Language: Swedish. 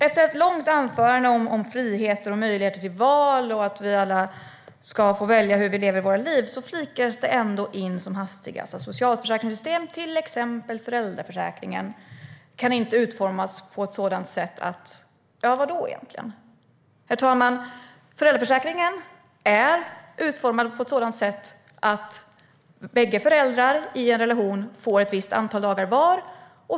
Efter ett långt anförande om friheter och möjligheter till val och att vi alla ska få välja hur vi lever våra liv flikas det ändå in som hastigast att socialförsäkringssystem, till exempel föräldraförsäkringen, inte kan utformas på ett sådant sätt att - ja, vadå? Herr talman! Föräldraförsäkringen är utformad på ett sådant sätt att bägge föräldrarna i en relation får ett visst antal dagar var.